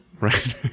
right